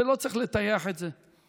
ולא צריך לטייח את זה.